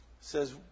says